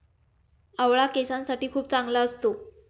आवळा केसांसाठी खूप चांगला असतो